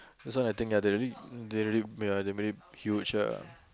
this one I think ya they really they really ya they made it huge ah